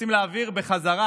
רוצים להעביר בחזרה